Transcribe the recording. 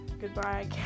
Goodbye